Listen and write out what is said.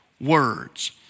words